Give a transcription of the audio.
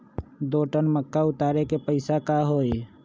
दो टन मक्का उतारे के पैसा का होई?